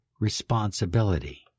responsibility